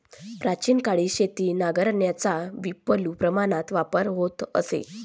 प्राचीन काळी शेतीत नांगरांचा विपुल प्रमाणात वापर होत असे